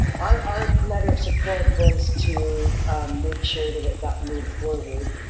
our our letter of support was to make sure that it got moved forward,